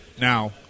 Now